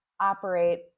operate